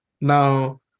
Now